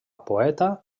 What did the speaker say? poeta